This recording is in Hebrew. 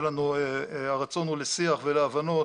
הרצון לשיח ולהבנות